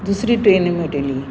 दुसरी ट्रेन मेळटली